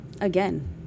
again